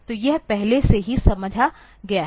तो यह पहले से ही समझा गया है